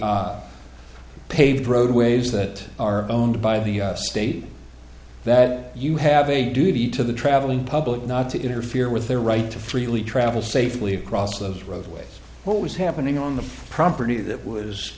paved road ways that are owned by the state that you have a duty to the traveling public not to interfere with their right to freely travel safely across those roadways what was happening on the property that was